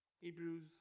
Hebrews